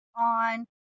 on